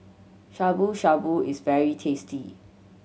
Shabu Shabu is very tasty